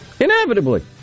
Inevitably